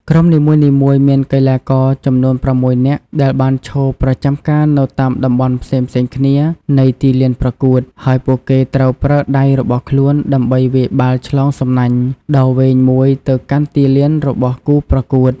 ក្រុមនីមួយៗមានកីឡាករចំនួន៦នាក់ដែលបានឈរប្រចាំការនៅតាមតំបន់ផ្សេងៗគ្នានៃទីលានប្រកួត ហើយពួកគេត្រូវប្រើដៃរបស់ខ្លួនដើម្បីវាយបាល់ឆ្លងសំណាញ់ដ៏វែងមួយទៅកាន់ទីលានរបស់គូប្រកួត។